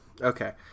Okay